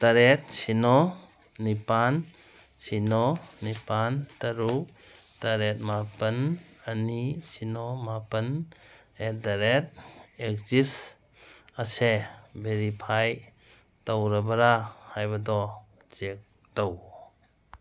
ꯇꯔꯦꯠ ꯁꯤꯅꯣ ꯅꯤꯄꯥꯟ ꯁꯤꯅꯣ ꯅꯤꯄꯥꯜ ꯇꯔꯨꯛ ꯇꯔꯦꯠ ꯃꯥꯄꯟ ꯑꯅꯤ ꯁꯤꯅꯣ ꯃꯥꯄꯜ ꯑꯦꯠ ꯗ ꯔꯦꯠ ꯑꯦꯛꯖꯤꯁ ꯑꯁꯦ ꯕꯦꯔꯤꯐꯥꯏ ꯇꯧꯔꯕꯔꯥ ꯍꯥꯏꯕꯗꯣ ꯆꯦꯛ ꯇꯧ